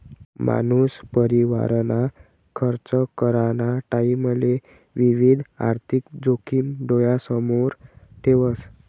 मानूस परिवारना खर्च कराना टाईमले विविध आर्थिक जोखिम डोयासमोर ठेवस